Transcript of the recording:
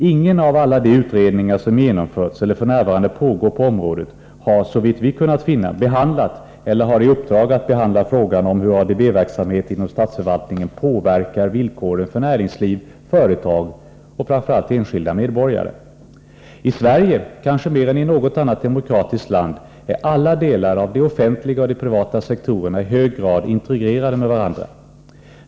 Ingen av alla de utredningar som genomförts eller f. n. pågår på området har, såvitt vi kunnat finna, behandlat eller har i uppdrag att behandla frågan om hur ADB-verksamheten inom statsförvaltningen påverkar villkoren för näringsliv, företag och framför allt enskilda medborgare. I Sverige, kanske mer än i något annat demokratiskt land, är alla delar av de offentliga och de privata sektorerna i hög grad integrerade med varandra.